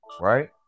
right